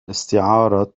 استعارة